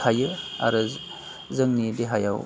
होबथायो आरो जोंनि देहायाव